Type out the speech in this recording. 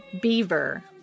beaver